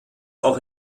auch